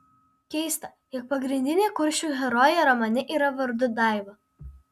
keista jog pagrindinė kuršių herojė romane yra vardu daiva